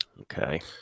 okay